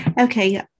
okay